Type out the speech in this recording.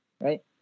right